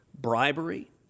bribery